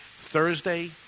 Thursday